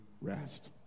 rest